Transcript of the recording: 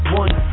one